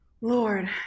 lord